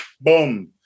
boom